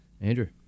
Andrew